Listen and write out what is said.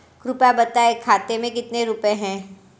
कृपया बताएं खाते में कितने रुपए हैं?